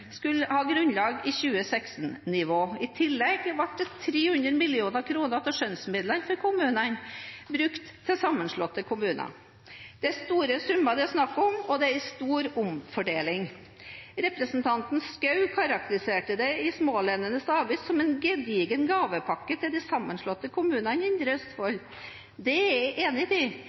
skulle ha grunnlag i 2016-nivå. I tillegg ble 300 mill. kr av skjønnsmidlene til kommunene brukt til sammenslåtte kommuner. Det er store summer det er snakk om, og det er en stor omfordeling. Representanten Schou karakteriserte det i Smaalenenes Avis som en gedigen gavepakke til de sammenslåtte kommunene i Indre Østfold. Det er jeg enig i,